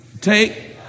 Take